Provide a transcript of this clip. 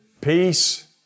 peace